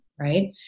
Right